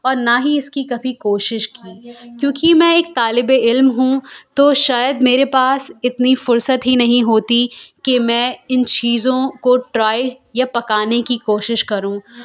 اور نہ ہی اس کی کبھی کوشش کی کیوں کہ میں ایک طالب علم ہوں تو شاید میرے پاس اتنی فرصت ہی نہیں ہوتی کہ میں ان چیزوں کو ٹرائی یا پکانے کی کوشش کروں